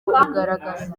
bugaragaza